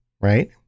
right